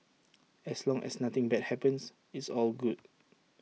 as long as nothing bad happens it's all good